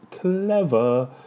clever